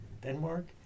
Denmark